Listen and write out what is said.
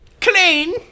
Clean